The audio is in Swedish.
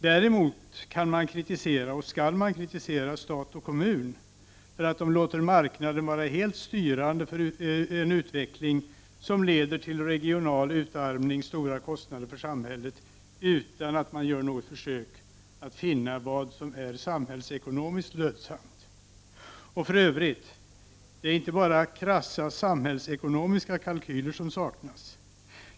Däremot skall man kritisera stat och kommun för att de låter marknaden vara helt styrande för en utveckling som leder till regional utarmning och stora kostnader för samhället utan att man gör något försök att finna vad som är samhällsekonomiskt lönsamt. För övrigt är det inte bara krassa samhällsekonomiska kalkyler som saknas.